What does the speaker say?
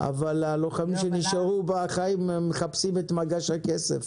אבל הלוחמים שנשארו בחיים מחפשים את מגש הכסף